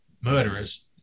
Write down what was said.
murderers